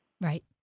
Right